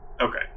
Okay